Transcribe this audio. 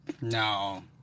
No